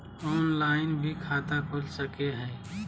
Online भी खाता खूल सके हय?